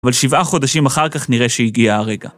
אבל שבעה חודשים אחר כך נראה שהגיע הרגע.